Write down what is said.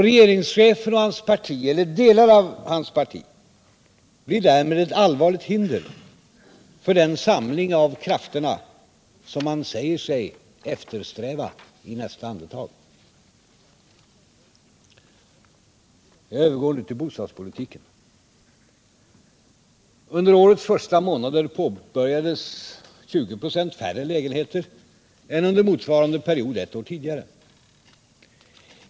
Regeringschefen och hans parti, eller delar av hans parti, blir därmed ett allvarligt hinder för den samling av krafterna som man i nästa andetag säger sig eftersträva. Jag övergår nu till bostadspolitiken. Under årets första månader påbörjades 20 926 färre lägenheter än under motsvarande period ett år tidigare.